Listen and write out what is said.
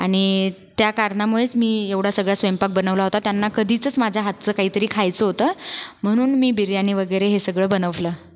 आणि त्या कारणामुळेच मी एवढा सगळं स्वयंपाक बनवला होता त्यांना कधीचंच माझ्या हातचं काही तरी खायचं होतं म्हणून मी बिर्याणी वगैरे हे सगळं बनवलं